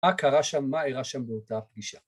‫מה קרה שם מה אירע שם באותה פגישה.